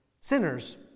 sinners